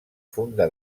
funda